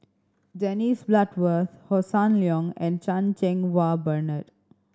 Dennis Bloodworth Hossan Leong and Chan Cheng Wah Bernard